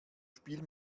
spiel